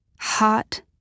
hot